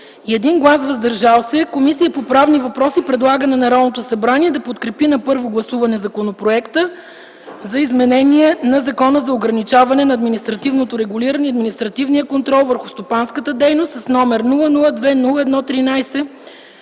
и 1 глас „въздържал се”, Комисията по правни въпроси предлага на Народното събрание да подкрепи на първо гласуване Законопроекта за изменение на Закона за изменение на Закона за ограничаване на административното регулиране и административния контрол върху стопанската дейност, № 002–01–13,